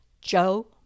Joe